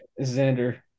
Xander